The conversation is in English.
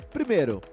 Primeiro